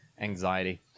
anxiety